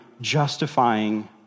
justifying